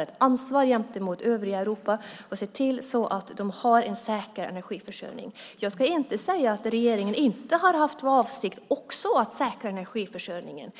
vi ett ansvar gentemot övriga Europa att se till att det finns en säker energiförsörjning. Jag ska inte säga att regeringen inte har haft för avsikt att säkra energiförsörjningen.